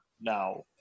now